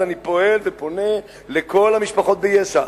אז אני פועל ופונה לכל המשפחות ביש"ע